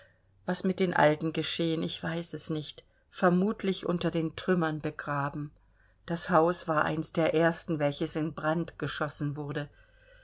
was mit den alten geschehen ich weiß es nicht vermutlich unter den trümmern begraben das haus war eins der ersten welches in brand geschossen wurde